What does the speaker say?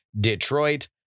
Detroit